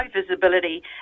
visibility